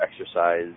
exercise